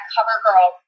CoverGirl